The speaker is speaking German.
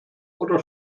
oder